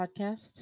podcast